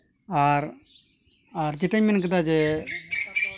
ᱟᱨ ᱟᱨ ᱡᱮᱴᱟᱧ ᱢᱮᱱ ᱠᱮᱫᱟ ᱡᱮ